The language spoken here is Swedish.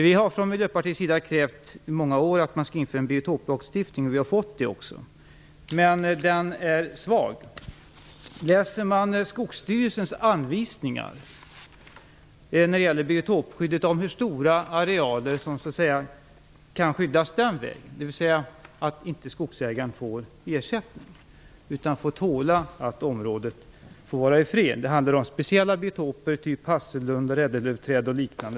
Vi i Miljöpartiet har i många år krävt att det skulle införas en biotoplagstiftning. Nu har vi fått en sådan, men den är svag. Den innebär att skogsägaren inte får någon ersättning utan får tåla att området får vara i fred. Det handlar om speciella biotopområden typ hassellundar, ädellövträd och liknande.